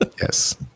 yes